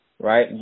right